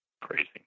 Crazy